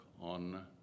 on